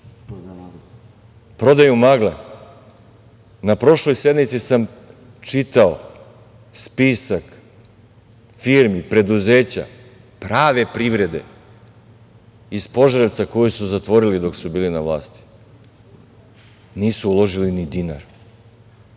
prodaju magle. Na prošloj sednici sam čitao spisak firmi, preduzeća, prave privrede iz Požarevca koje su zatvorili dok su bili na vlasti. Nisu uložili ni dinar,